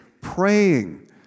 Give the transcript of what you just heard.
praying